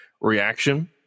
reaction